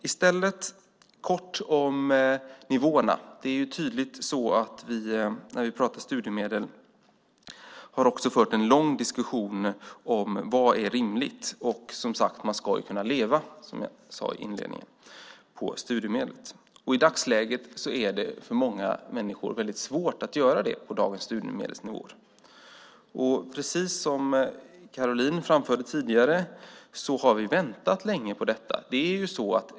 I stället ska jag säga något kort om nivåerna. När vi pratat studiemedel har vi också fört en lång diskussion om vad som är rimligt, och som jag sade i inledningen ska man ju kunna leva på studiemedlet. I dagsläget är det för många människor väldigt svårt att göra det med dagens studiemedelsnivå. Precis som Caroline framförde tidigare har vi väntat länge på detta.